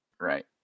right